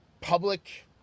public